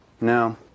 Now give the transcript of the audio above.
No